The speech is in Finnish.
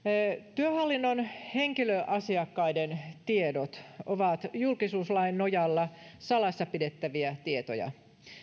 työhallinnon henkilöasiakkaiden tiedot ovat julkisuuslain nojalla salassa pidettäviä tietoja